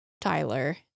Tyler